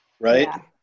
Right